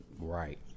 Right